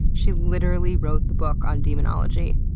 she literally wrote the book on demonology.